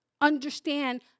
understand